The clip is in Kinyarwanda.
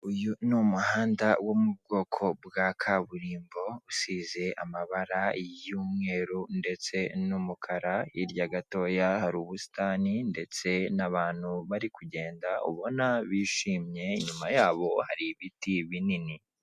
Uyu ni umuhanda wo mu bwoko bwa kaburimbo, usize amabara y'umweru ndetse n'umukara, hirya gatoya hari ubusitani ndetse n'abantu bari kugenda, ubona bishimye, inyuma yabo hari ibiti binini.